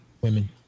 women